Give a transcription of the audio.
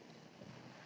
hvala.